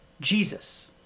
Jesus